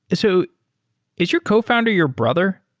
so is your cofounder your brother?